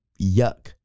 yuck